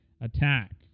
attack